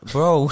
Bro